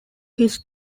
his